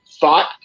thought